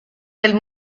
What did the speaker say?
del